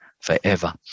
forever